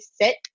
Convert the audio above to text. sit